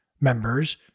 members